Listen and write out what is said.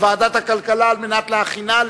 הכלכלה נתקבלה.